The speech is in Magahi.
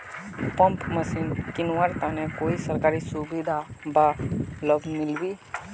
पंप मशीन किनवार तने कोई सरकारी सुविधा बा लव मिल्बी?